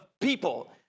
people